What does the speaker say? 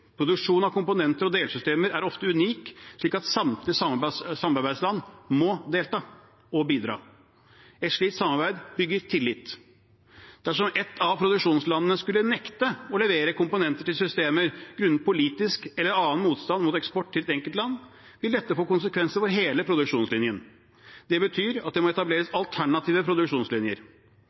av komponenter og delsystemer er ofte unik, slik at samtlige samarbeidsland må delta og bidra. Et slikt samarbeid bygger tillit. Dersom ett av produksjonslandene skulle nekte å levere komponenter til systemer grunnet politisk eller annen motstand mot eksport til et enkeltland, vil dette få konsekvenser for hele produksjonslinjen. Det betyr at det må etableres alternative produksjonslinjer.